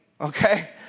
okay